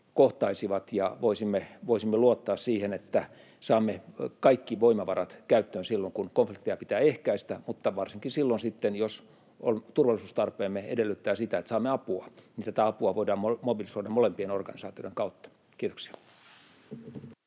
ja voisimme luottaa siihen, että saamme kaikki voimavarat käyttöön silloin, kun konflikteja pitää ehkäistä. Mutta varsinkin silloin sitten, jos turvallisuustarpeemme edellyttää sitä, että saamme apua, tätä apua voitaisiin mobilisoida molempien organisaatioiden kautta. — Kiitoksia.